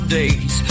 days